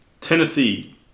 Tennessee